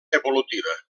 evolutiva